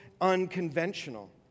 unconventional